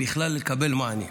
בכלל לקבל מענה.